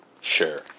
Sure